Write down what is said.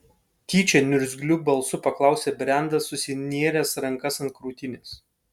tyčia niurgzliu balsu paklausė brendas susinėręs rankas ant krūtinės